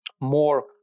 more